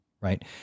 right